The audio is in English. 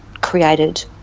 created